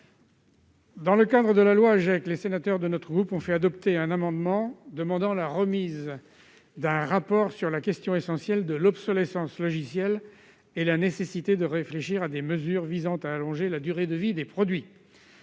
Dans le cadre de la loi AGEC, les sénateurs de notre groupe ont fait adopter un amendement ayant pour objet la remise d'un rapport sur la question essentielle de l'obsolescence logicielle et sur la nécessité de réfléchir à des mesures visant à allonger la durée de vie des produits.